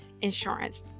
insurance